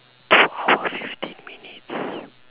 two hours fifteen minutes